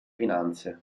finanze